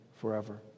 forever